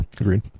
agreed